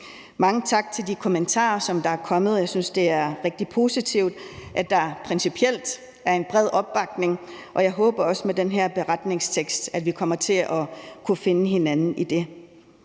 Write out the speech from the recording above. Mange tak for de kommentarer, som der er kommet. Jeg synes, det er rigtig positivt, at der principielt er en bred opbakning, og jeg håber også, at vi med den her beretningstekst kommer til at kunne finde hinanden i det.